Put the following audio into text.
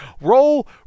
Roll